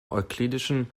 euklidischen